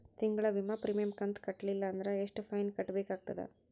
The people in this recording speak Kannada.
ತಿಂಗಳ ವಿಮಾ ಪ್ರೀಮಿಯಂ ಕಂತ ಕಟ್ಟಲಿಲ್ಲ ಅಂದ್ರ ಎಷ್ಟ ಫೈನ ಕಟ್ಟಬೇಕಾಗತದ?